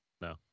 No